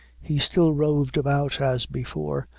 he still roved about as before,